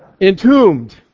Entombed